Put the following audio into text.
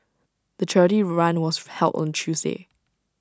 the charity run was held on Tuesday